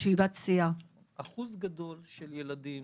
אחוז גדול של ילדים